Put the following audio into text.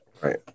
Right